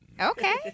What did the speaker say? Okay